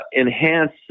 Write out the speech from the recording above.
enhance